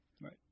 Right